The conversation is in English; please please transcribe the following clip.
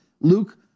Luke